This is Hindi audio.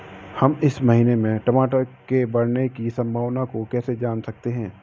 हम इस महीने में टमाटर के बढ़ने की संभावना को कैसे जान सकते हैं?